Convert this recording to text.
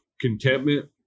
contentment